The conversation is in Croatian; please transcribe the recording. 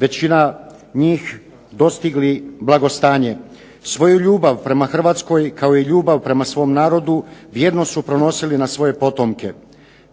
većina njih dostigli blagostanje. Svoju ljubav prema Hrvatskoj kao i ljubav prema svom narodu vjerno su prenosili na svoje potomke.